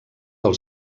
del